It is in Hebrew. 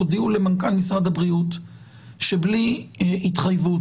תודיעו למנכ"ל משרד הבריאות שבלי התחייבות